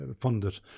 funded